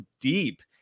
deep